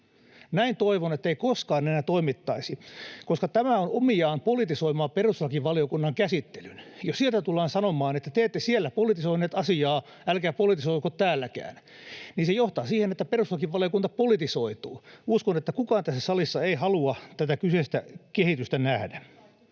Toivon, ettei näin koskaan enää toimittaisi, koska tämä on omiaan politisoimaan perustuslakivaliokunnan käsittelyn. Jos sieltä tullaan sanomaan, että te ette siellä politisoineet asiaa, älkää politisoiko täälläkään, niin se johtaa siihen, että perustuslakivaliokunta politisoituu. Uskon, että kukaan tässä salissa ei halua tätä kyseistä kehitystä nähdä.